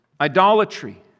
idolatry